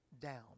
down